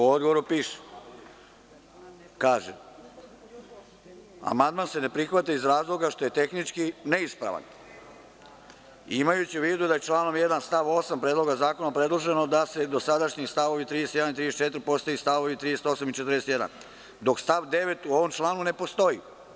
U odgovoru piše – amandman se ne prihvata iz razloga što je tehnički neispravan, imajući u vidu da je članom 1. stav 8. Predloga zakona predloženo da dosadašnji stavovi 31. i 34. postaju stavovi 38. i 41, dok stav 9. u ovom članu ne postoji.